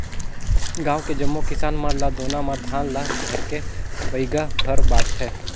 गांव के जम्मो किसान मन ल दोना म धान ल भरके बइगा हर बांटथे